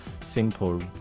simple